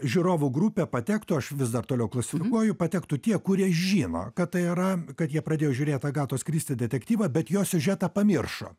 žiūrovų grupę patektų aš vis dar toliau klasifikuoju patektų tie kurie žino kad tai yra kad jie pradėjo žiūrėt agatos kristi detektyvą bet jo siužetą pamiršo